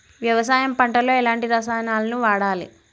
వ్యవసాయం పంట లో ఎలాంటి రసాయనాలను వాడాలి?